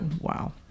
wow